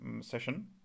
session